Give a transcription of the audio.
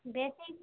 ବେଶୀ